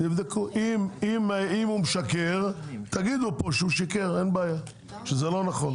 אם הוא משקר, תגידו פה שהוא שיקר, שזה לא נכון.